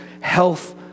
health